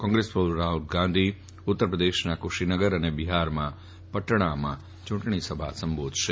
કોંગ્રેસ પ્રમુખ રાફલ ગાંધી ઉત્તરપ્રદેશના કુશીનગર અને બિફારમાં પટણામાં ચૂંટણી સભા સંબોધશે